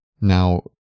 Now